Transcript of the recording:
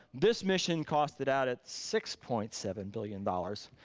this mission costed out at six point seven billion dollars,